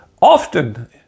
Often